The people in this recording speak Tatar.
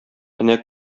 энә